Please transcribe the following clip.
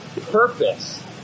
purpose